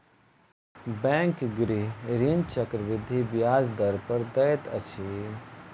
bank गृह ऋण चक्रवृद्धि ब्याज दर पर दैत अछि